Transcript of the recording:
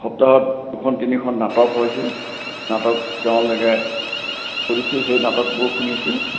সপ্তাহত দুখন তিনিখন নাটক হৈছিল নাটক তেওঁলোকে সেই নাটকবোৰ শুনিছিল